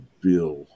bill